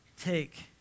take